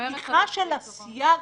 שומרת על העיקרון.